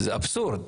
זה אבסורד.